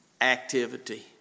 Activity